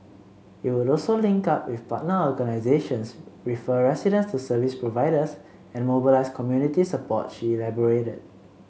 it would also link up with partner organisations refer residents to service providers and mobilise community support she elaborated